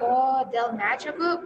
o dėl medžiagų